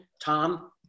Tom